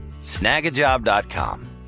snagajob.com